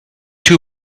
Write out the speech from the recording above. too